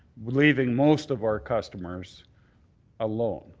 leaving most of our customers alone.